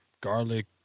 garlic